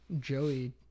Joey